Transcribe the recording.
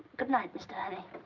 good night, mr.